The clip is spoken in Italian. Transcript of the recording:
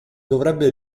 dovrebbe